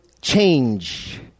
change